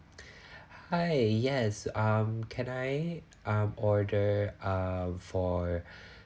hi yes um can I um order err for